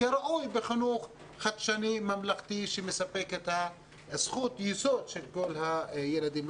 כראוי בחינוך חדשני ממלכתי שמספק את זכות היסוד של כל הילדים.